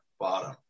bottom